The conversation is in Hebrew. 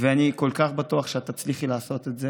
ואני כל כך בטוח שאת תצליחי לעשות את זה,